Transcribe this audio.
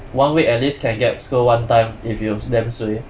one week at least can get scold one time if you damn suay